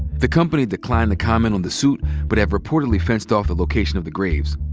the company declined to comment on the suit but have reportedly fenced off the location of the graves.